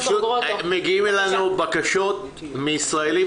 מגיעות אלינו בקשות מישראלים